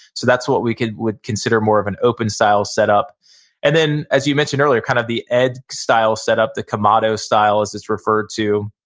so that's what we would consider more of an open style set up and then as you mentioned earlier kind of the egg style set up, the kamado style as is referred to.